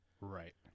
right